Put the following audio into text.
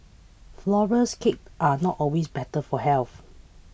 flour less cakes are not always better for health